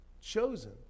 chosen